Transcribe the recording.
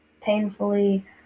painfully